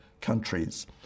countries